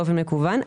באופן מקוון,